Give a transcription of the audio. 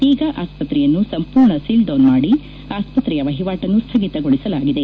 ಈಗ ಆಸ್ವತ್ರೆಯನ್ನು ಸಂಪೂರ್ಣ ಸೀಲ್ ಡೌನ್ ಮಾಡಿ ಆಸ್ವತ್ರೆಯ ವಹಿವಾಟನ್ನು ಸ್ಥಗಿತಗೊಳಿಸಲಾಗಿದೆ